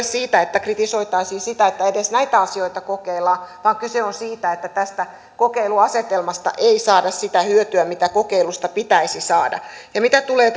siitä että kritisoitaisiin sitä että edes näitä asioita kokeillaan vaan kyse on siitä että tästä kokeiluasetelmasta ei saada sitä hyötyä mitä kokeilusta pitäisi saada mitä tulee